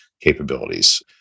capabilities